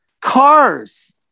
cars